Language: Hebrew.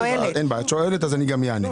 אין בעיה, את שואלת, אז אני גם אענה.